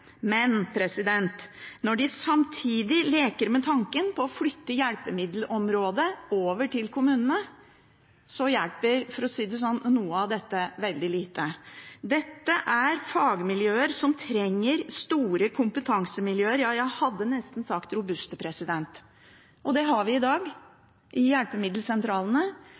Men når de samtidig leker med tanken om å flytte hjelpemiddelområdet over til kommunene, hjelper noe av dette veldig lite. Dette er fagmiljøer som trenger store – ja, jeg hadde nesten sagt robuste – kompetansemiljøer. Det har vi i dag i hjelpemiddelsentralene,